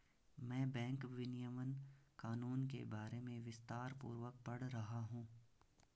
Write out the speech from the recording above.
मैं बैंक विनियमन कानून के बारे में विस्तारपूर्वक पढ़ रहा हूं